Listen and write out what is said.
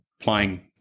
playing